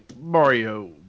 Mario